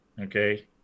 okay